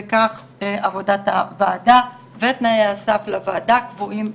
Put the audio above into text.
וכך עבודת הוועדה ותנאי הסף לוועדה קבועים בחוק.